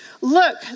Look